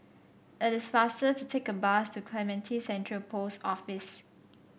it is faster to take the bus to Clementi Central Post Office